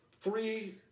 three